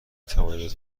توانید